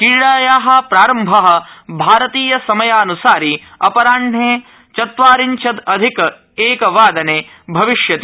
क्रीडाप्रारंभ भारतीयसमयानुसारि अपराह्ने चत्वारिशदधिक एकवादने भविष्यति